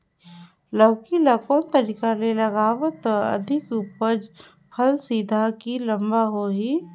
लौकी ल कौन तरीका ले लगाबो त अधिक उपज फल सीधा की लम्बा होही?